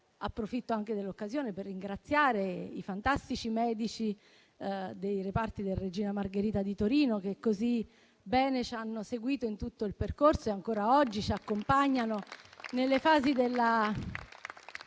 Approfitto anche dell'occasione per ringraziare i fantastici medici dei reparti dell'ospedale Regina Margherita di Torino, che così bene ci hanno seguito in tutto il percorso e che ancora oggi ci accompagnano nelle fasi della